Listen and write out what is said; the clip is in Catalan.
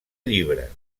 llibres